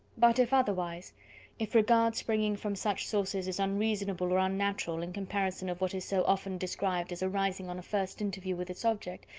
but if otherwise if regard springing from such sources is unreasonable or unnatural, in comparison of what is so often described as arising on a first interview with its object,